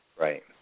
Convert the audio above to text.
Right